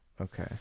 Okay